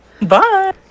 Bye